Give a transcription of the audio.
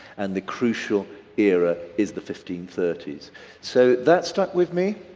and the crucial era is the fifteen thirty s so that stuck with me.